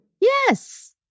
Yes